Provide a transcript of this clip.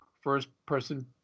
first-person